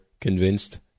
convinced